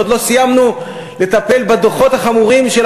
כשעוד לא סיימנו לטפל בדוחות החמורים של